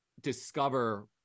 discover